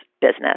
business